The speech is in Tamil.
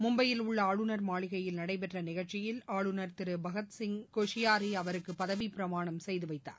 மும்னபயில் உள்ள ஆளுநர் மாளிகையில் நடைபெற்ற நிகழ்ச்சியில் ஆளுநர் திரு பகத்சிங் கோஷியாரி அவருக்கு பதவிப்பிரமாணம் செய்து வைத்தார்